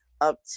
up